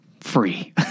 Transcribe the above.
free